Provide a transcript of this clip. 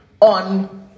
on